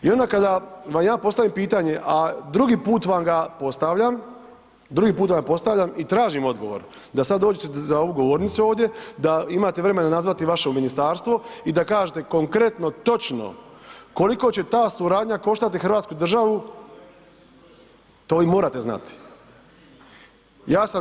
I onda kada vam ja postavim pitanje, a drugi put ga vam postavljam, drugi put vam ga postavljam i tražim odgovor, da sad dođete za ovu govornicu ovdje, da imate vremena nazvati vaše u ministarstvo i da kažete konkretno, točno koliko će ta suradnja koštati Hrvatsku državu to i morate znati.